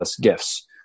gifts